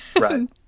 Right